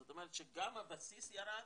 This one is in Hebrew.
זאת אומרת שגם הבסיס ירד